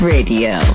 Radio